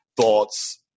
thoughts